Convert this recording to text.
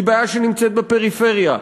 היא בעיה שנמצאת בפריפריה,